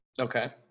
Okay